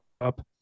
up